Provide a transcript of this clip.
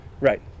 Right